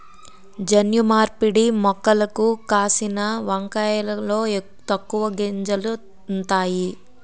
జన్యు మార్పిడి మొక్కలకు కాసిన వంకాయలలో తక్కువ గింజలు ఉంతాయి